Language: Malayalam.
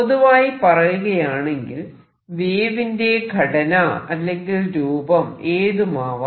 പൊതുവായി പറയുകയാണെങ്കിൽ വേവിന്റെ ഘടന അല്ലെങ്കിൽ രൂപം ഏതുമാവാം